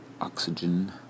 oxygen